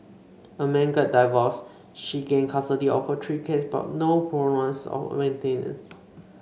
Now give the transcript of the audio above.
a man gets divorced she gains custody of her three kids but no promise of maintenance